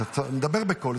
אתה מדבר בקול.